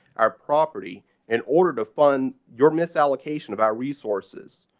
our property in order to fund your miss allocation of our resources.